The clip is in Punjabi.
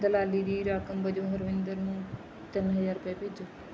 ਦਲਾਲੀ ਦੀ ਰਕਮ ਵਜੋਂ ਹਰਵਿੰਦਰ ਨੂੰ ਤਿੰਨ ਹਜ਼ਾਰ ਰੁਪਏ ਭੇਜੋ